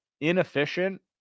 inefficient